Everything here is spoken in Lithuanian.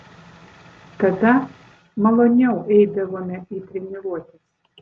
tada maloniau eidavome į treniruotes